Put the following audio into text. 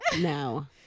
no